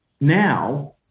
now